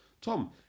Tom